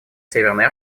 северной